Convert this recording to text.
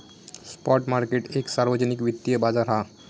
spot market एक सार्वजनिक वित्तिय बाजार हा